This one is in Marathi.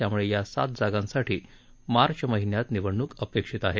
त्यामुळे या सात जागांसाठी मार्च महिन्यात निवडणुक अपेक्षित आहे